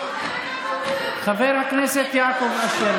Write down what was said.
חבר הכנסת יעקב אשר,